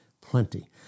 Plenty